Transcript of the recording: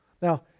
Now